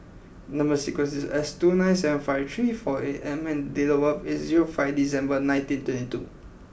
number sequence is S two nine seven five three four eight M and date of birth is zero five December nineteen twenty two